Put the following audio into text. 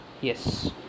Yes